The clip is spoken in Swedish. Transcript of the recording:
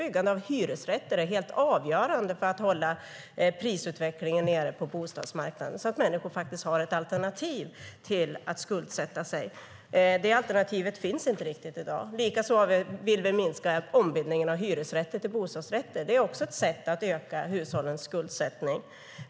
Byggandet av hyresrätter är helt avgörande för att hålla prisutvecklingen på bostadsmarknaden nere så att människor faktiskt har ett alternativ till att skuldsätta sig. Det alternativet finns inte i dag. Likaså vill vi minska ombildningen av hyresrätter till bostadsrätter. Det är också ett sätt att öka hushållens skuldsättning.